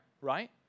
right